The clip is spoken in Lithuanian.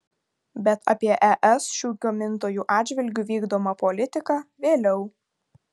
bet apie es šių gamintojų atžvilgiu vykdomą politiką vėliau